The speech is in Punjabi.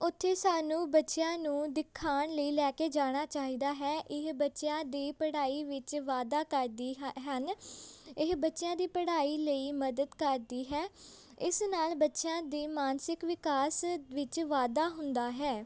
ਉੱਥੇ ਸਾਨੂੰ ਬੱਚਿਆਂ ਨੂੰ ਦਿਖਾਉਣ ਲਈ ਲੈ ਕੇ ਜਾਣਾ ਚਾਹੀਦਾ ਹੈ ਇਹ ਬੱਚਿਆਂ ਦੀ ਪੜ੍ਹਾਈ ਵਿੱਚ ਵਾਧਾ ਕਰਦੀ ਹ ਹਨ ਇਹ ਬੱਚਿਆਂ ਦੀ ਪੜ੍ਹਾਈ ਲਈ ਮਦਦ ਕਰਦੀ ਹੈ ਇਸ ਨਾਲ ਬੱਚਿਆਂ ਦੇ ਮਾਨਸਿਕ ਵਿਕਾਸ ਵਿੱਚ ਵਾਧਾ ਹੁੰਦਾ ਹੈ